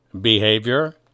behavior